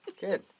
Good